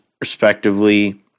respectively